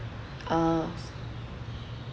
ah